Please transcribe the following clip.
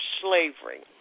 Slavery